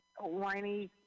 whiny